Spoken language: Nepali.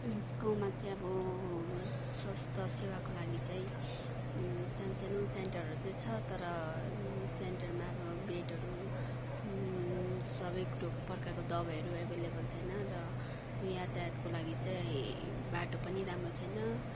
यसकोमा चाहिँ अब स्वास्थ्य सेवाको लागि चाहिँ सान्सानो सेन्टरहरू चाहिँ छ तर यो सेन्टरमा अब बेडहरू सबै कुरोको प्रकारको दबाईहरू एभाइलेबल छैन र यातायातको लागि चाहिँ बाटो पनि राम्रो छैन